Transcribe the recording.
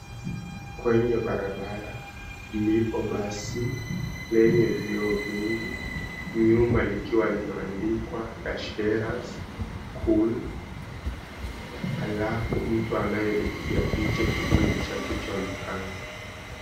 Kwenye barabara ilipo basi lenye vioo vingi nyuma likiwa limeandikwa Dash Daras Cool, alafu mtu anayeipiga picha kivuli chake chaonekana.